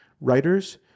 writers